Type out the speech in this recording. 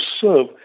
serve